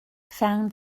found